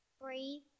Breathe